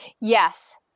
Yes